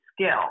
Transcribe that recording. skill